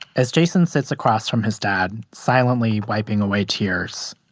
as jason sits across from his dad silently wiping away tears,